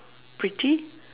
pretty